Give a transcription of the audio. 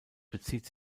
bezieht